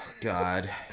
god